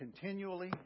continually